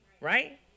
right